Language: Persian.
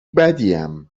بدیم